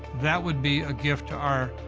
that would be a gift to our,